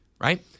right